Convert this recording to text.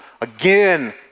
again